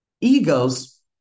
egos